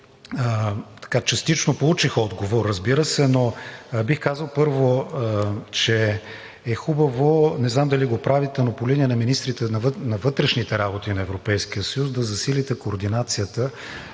Частично получих отговор, разбира се, но бих казал, първо, че е хубаво, не знам дали го правите, но по линия на министрите на вътрешните работи на Европейския съюз, да засилите координацията